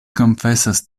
konfesas